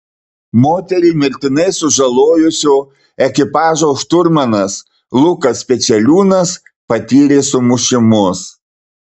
moterį mirtinai sužalojusio ekipažo šturmanas lukas pečeliūnas patyrė sumušimus